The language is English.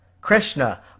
Krishna